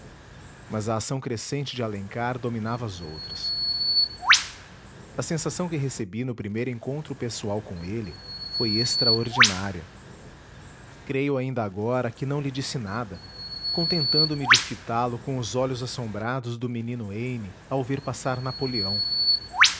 mas a ação crescente de alencar dominava as outras a sensação que recebi no primeiro encontro pessoal com ele foi extraordinária creio ainda agora que não lhe disse nada contentando me de fitá lo com os olhos assombrados do menino heine ao ver passar napoleão